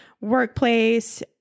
workplace